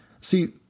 See